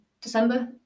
December